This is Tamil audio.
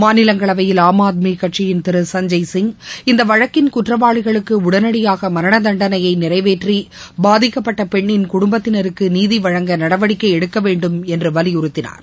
மாநிலங்களவையில் ஆம் ஆத்மி கட்சியின் திரு சஞ்சய் சிங் இந்த வழக்கின் குற்றவாளிகளுக்கு உடனடியாக மரண தண்டனையை நிறைவேற்றி பாதிக்கப்பட்ட பெண்ணின் குடும்பத்தினருக்கு நீதிவழங்க நடவடிக்கை எடுக்க வேண்டும் என்று வலியுறுத்தினார்